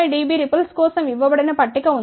5 dB ripples కోసం ఇవ్వబడిన పట్టిక ఉంది